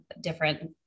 different